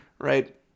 right